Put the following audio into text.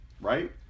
right